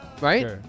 Right